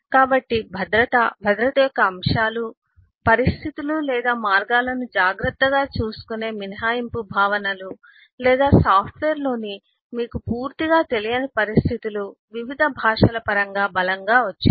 కాబట్టి భద్రత భద్రత యొక్క అంశాలు పరిస్థితులు లేదా మార్గాలను జాగ్రత్తగా చూసుకునే మినహాయింపు భావనలు లేదా సాఫ్ట్వేర్లోని మీకు పూర్తిగా తెలియని పరిస్థితులు వివిధ భాషల పరంగా బలంగా వచ్చాయి